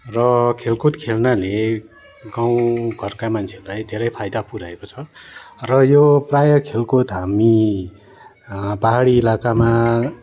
र खेलकुद खेल्नाले गाउँ घरका मान्छेलाई धेरै फाइदा पुऱ्याएको छ र यो प्रायः खेलकुद हामी पाहाडी इलाकामा